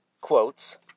quotes